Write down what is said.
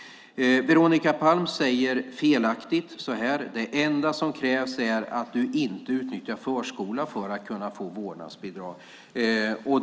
Veronica Palm säger, felaktigt: Det enda som krävs för att kunna få vårdnadsbidrag är att du inte utnyttjar förskola.